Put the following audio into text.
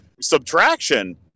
subtraction